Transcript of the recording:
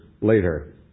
later